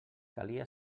calia